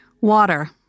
Water